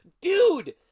dude